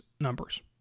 numbers